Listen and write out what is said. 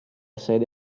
sede